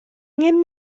angen